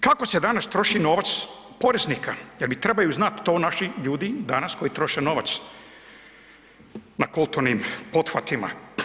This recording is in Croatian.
Kako se danas troši novac poreznika jer bi trebaju znat to naši ljudi danas koji troše novac na kulturnim pothvatima.